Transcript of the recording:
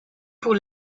pour